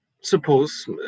suppose